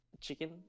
chicken